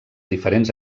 diferents